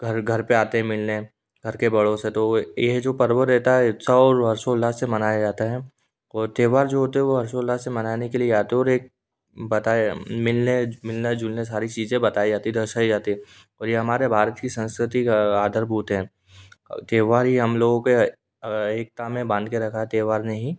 घर घर पर आते हैं मिलने घर के बड़ों से तो वो ये जो पर्व रहता है उत्साह और हर्षोउल्लास से मनाया जाता है और त्यौहार जो होते हैं वो हर्षोल्लास से मनाने के लिए आते और एक बताया मिलने मिलना जुलना सारी चीज़े बताई जाती हैं दर्शाई जाती हैं और ये हमारे भारत की संस्कृति का आधारभूत है त्यौहार ही हम लोगों का एकता में बांध के रखा त्यौहार ने ही